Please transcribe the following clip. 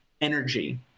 energy